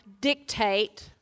dictate